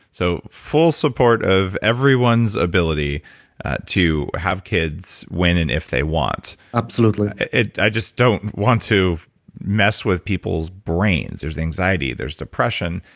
so, full support of everyone's ability to have kids when and if they want absolutely i just don't want to mess with people's brains. there's anxiety, there's depression,